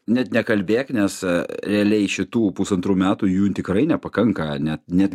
net nekalbėk nes realiai šitų pusantrų metų jų tikrai nepakanka net net